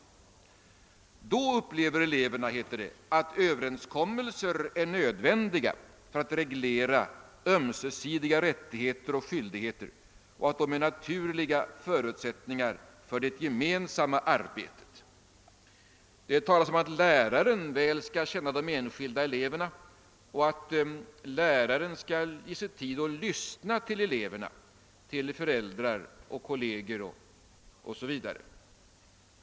»Eleverna upplever då«, heter det, »att överenskommelser är nödvändiga för att reglera ömsesidiga rättigheter och skyldigheter och att de är naturliga förutsättningar för det gemensamma arbetet.« Det talas om att läraren väl skall känna de enskilda eleverna och att läraren skall ge sig tid »att lyssna till elever, till föräldrar och kolleger».